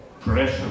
pressure